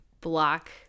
block